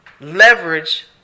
leverage